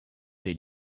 des